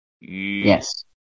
Yes